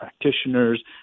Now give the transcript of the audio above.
practitioners